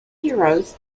heroes